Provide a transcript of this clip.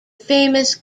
famous